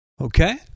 Okay